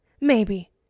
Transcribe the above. Maybe